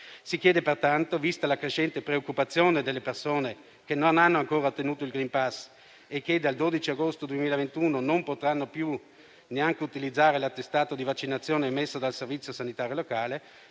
si chiede di sapere, vista la crescente preoccupazione delle persone che non hanno ancora ottenuto il *green pass* e che dal 12 agosto 2021 non potranno più neanche utilizzare l'attestato di vaccinazione emesso dal servizio sanitario locale